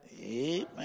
Amen